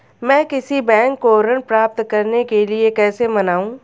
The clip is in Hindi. मैं किसी बैंक को ऋण प्राप्त करने के लिए कैसे मनाऊं?